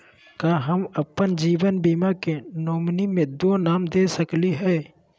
का हम अप्पन जीवन बीमा के नॉमिनी में दो नाम दे सकली हई?